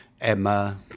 Emma